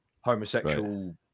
homosexual